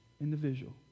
individual